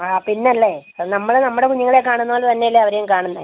ആ പിന്ന അല്ലേ അത് നമ്മൾ നമ്മുടെ കുഞ്ഞുങ്ങളെ കാണുന്ന പോലെ തന്നെയല്ലേ അവരേയും കാണുന്നത്